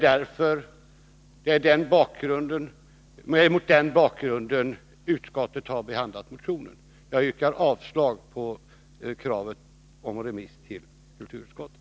Mot den bakgrunden har nu utskottet behandlat motionen. Jag yrkar avslag på förslaget om remiss till kulturutskottet.